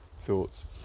thoughts